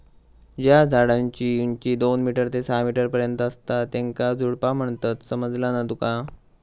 ज्या झाडांची उंची दोन मीटर ते सहा मीटर पर्यंत असता त्येंका झुडपा म्हणतत, समझला ना तुका?